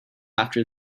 after